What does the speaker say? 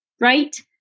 right